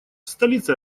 столица